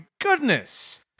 goodness